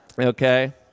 Okay